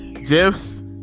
gifs